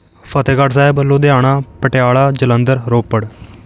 Fatehgarh Sahib Ludhiana Patiala Jalandhar Ropar